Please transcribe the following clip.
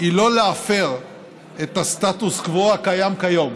היא לא להפר את הסטטוס קוו הקיים כיום.